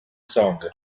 song